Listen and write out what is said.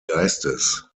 geistes